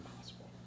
possible